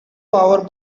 power